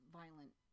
violent